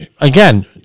again